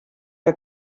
que